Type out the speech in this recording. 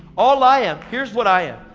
all i am, here's what i am.